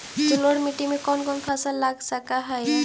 जलोढ़ मिट्टी में कौन कौन फसल लगा सक हिय?